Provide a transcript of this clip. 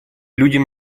людям